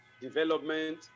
development